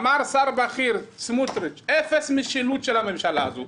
אמר שר בכיר, סמוטריץ': אפס משילות של הממשלה הזו.